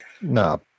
No